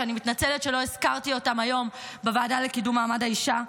שאני מתנצלת שלא הזכרתי אותם היום בוועדה לקידום מעמד האישה.